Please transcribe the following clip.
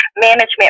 management